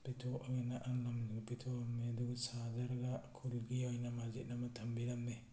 ꯄꯤꯊꯣꯛꯑꯦꯅ ꯑꯍꯜ ꯂꯃꯟꯁꯤꯡꯅ ꯄꯤꯊꯣꯛꯑꯝꯃꯦ ꯑꯗꯨꯒ ꯁꯥꯖꯔꯒ ꯈꯨꯜꯒꯤ ꯑꯣꯏꯅ ꯃꯁꯖꯤꯠ ꯑꯃ ꯊꯝꯕꯤꯔꯝꯃꯦ